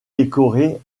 décoré